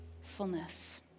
fullness